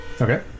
Okay